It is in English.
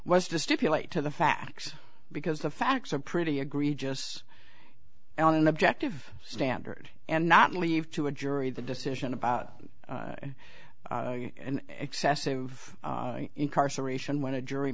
was to stipulate to the facts because the facts are pretty egregious on an objective standard and not leave to a jury the decision about an excessive incarceration when a jury